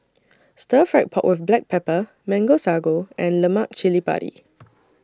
Stir Fried Pork with Black Pepper Mango Sago and Lemak Cili Padi